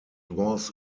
was